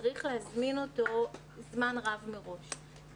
צריך להזמין אותו זמן רב מראש.